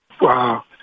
Wow